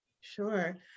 Sure